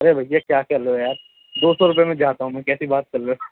ارے بھیا کیا کر رہے ہو یار دو سو روپئے میں جاتا ہوں میں کیسی بات کر رہے ہو